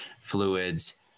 fluids